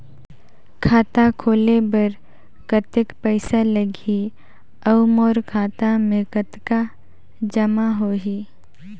खाता खोले बर कतेक पइसा लगही? अउ मोर खाता मे कतका जमा होही?